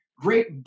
great